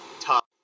top